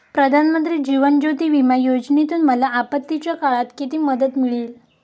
प्रधानमंत्री जीवन ज्योती विमा योजनेतून मला आपत्तीच्या काळात किती मदत मिळेल?